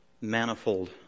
Manifold